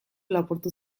lapurtu